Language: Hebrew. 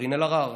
קארין אלהרר,